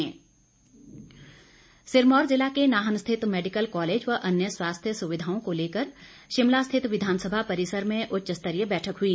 बैठकें सिरमौर ज़िला के नाहन स्थित मैडिकल कॉलेज व अन्य स्वास्थ्य सुविधाओं को लेकर शिमला स्थित विधानसभा परिसर में उच्चस्तरीय बैठक हुई